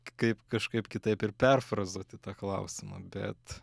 kaip kažkaip kitaip ir perfrazuoti tą klausimą bet